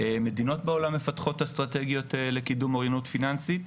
מדינות בעולם מפתחות אסטרטגיות לקידום אוריינות פיננסית.